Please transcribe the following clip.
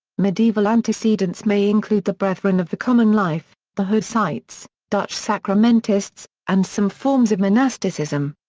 medieval antecedents may include the brethren of the common life, the hussites, dutch sacramentists, and some forms of monasticism.